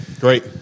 Great